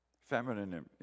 Feminine